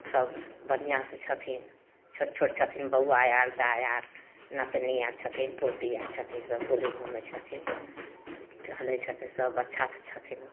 सभ बढ़िआँसँ छथिन छोट छोट छथिन बौआ आओर दाइ आओर नतिनी आओर छथिन पोती आओर छथिन सभ बुलै घुमै छथिन टहलै छथिन सभ अच्छासँ छथिन